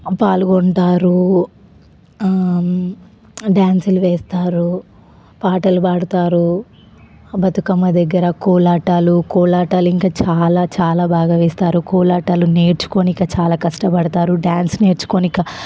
పాల్గొంటారు డ్యాన్సులు వేస్తారు పాటలు పాడతారు బతుకమ్మ దగ్గర కోలాటాలు కోలాటాలు ఇంకా చాలా చాలా బాగా వేస్తారు కోలాటాలు నేర్చుకుని ఇక చాలా కష్టపడతారు డ్యాన్స్ నేర్చుకోడానికి